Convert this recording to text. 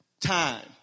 time